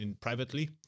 privately